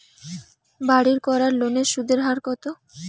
বাড়ির করার লোনের সুদের হার কত?